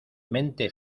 mente